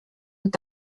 und